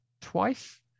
twice